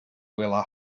will